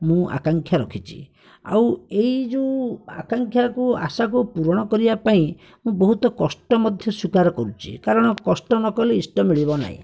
ମୁଁ ଆକାଂକ୍ଷା ରଖିଛି ଆଉ ଏଇ ଯୋଉ ଆକାଂକ୍ଷା କୁ ଆଶା କୁ ପୂରଣ କରିବାପାଇଁ ମୁଁ ବହୁତ କଷ୍ଟ ମଧ୍ୟ ଶିକାର କରୁଛି କାରଣ କଷ୍ଟ ନକଲେ ଇଷ୍ଟ ମିଳିବ ନାହିଁ